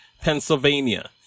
Pennsylvania